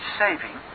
saving